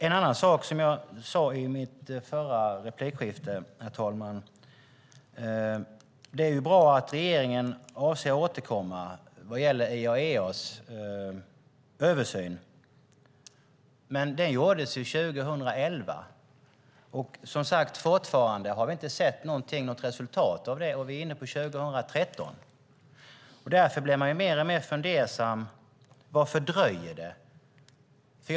En annan sak som jag sade i mitt förra replikskifte var att det är bra att regeringen avser att återkomma vad gäller IAEA:s översyn som gjordes 2011. Men fortfarande har vi inte sett något resultat av den, och nu är vi inne på 2013. Därför blir jag mer och mer fundersam till varför det dröjer.